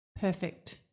Perfect